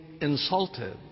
insulted